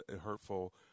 hurtful